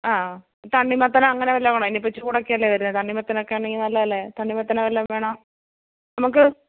ആ തണ്ണിമത്തൻ അങ്ങനെ വല്ലതും വേണോ ഇനിയിപ്പം ചൂടൊക്കെയല്ലേ വരുന്നത് തണ്ണിമത്തനൊക്കെയാണെങ്കിൽ നല്ലതല്ലേ തണ്ണിമത്തനോ വല്ലതും വേണോ നമുക്ക്